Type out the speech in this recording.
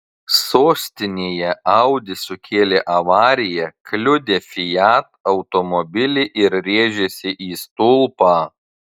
sostinėje audi sukėlė avariją kliudė fiat automobilį ir rėžėsi į stulpą